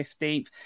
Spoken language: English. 15th